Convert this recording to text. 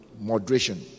moderation